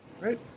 right